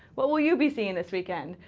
what will you be seeing this weekend?